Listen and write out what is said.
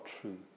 true